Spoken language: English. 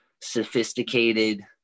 sophisticated